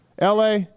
LA